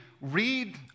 read